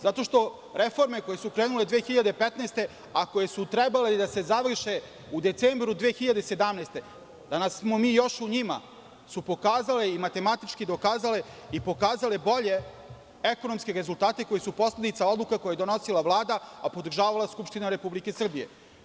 Zato što reforme koje su krenule 2015. godine, a koje su trebale da se završe u decembru 2017. godine, danas smo mi još u njima, pokazale su i matematički dokazale i pokazale bolje ekonomske rezultate koje su posledica odluka koja je donosila Vlada, a podržavala Skupština Republike Srbije.